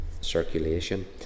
circulation